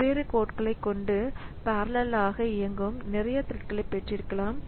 வெவ்வேறு கோட்களை கொண்டு பெரலல் ஆக இயங்கும் நிறைய த்ரெட்களை பெற்றிருக்கலாம்